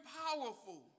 powerful